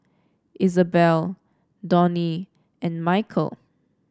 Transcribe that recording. Isabel Donny and Mikeal